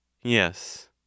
YES